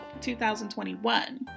2021